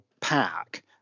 pack